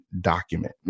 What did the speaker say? document